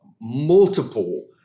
multiple